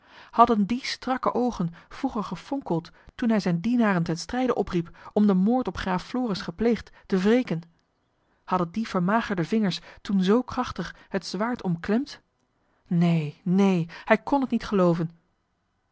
hadden die strakke oogen vroeger gefonkeld toen hij zijne dienaren ten strijde opriep om den moord op graaf floris gepleegd te wreken hadden die vermagerde vingers toen zoo krachtig het zwaard omklemd neen heen hij kon het niet gelooven